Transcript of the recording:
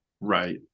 right